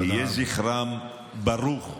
יהיה ברוך זכרם